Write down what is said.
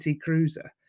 cruiser